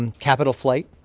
and capital flight?